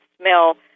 smell